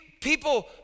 people